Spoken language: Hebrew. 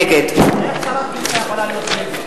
נגד איך שרת הקליטה יכולה להיות נגד?